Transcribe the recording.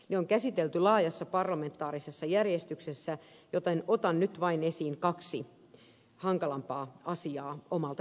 ne on käsitelty laajasti parlamentaarisessa järjestyksessä joten otan nyt esiin vain kaksi hankalampaa asiaa omalta kannaltani